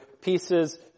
pieces